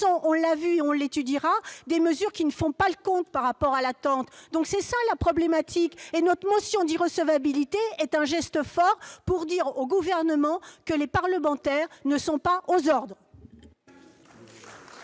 on l'a vu et on le constatera, ne font pas le compte par rapport aux attentes. Voilà la problématique ! Notre motion d'irrecevabilité est un geste fort pour dire au Gouvernement que les parlementaires ne sont pas aux ordres